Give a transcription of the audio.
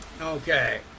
okay